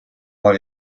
mal